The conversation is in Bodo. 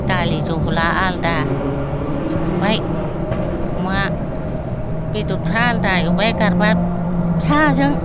दालि जहला आलदा संबाय अमा बेदरफ्रा आलदा एवबाय गारबा फिसाजों